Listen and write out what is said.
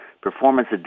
Performance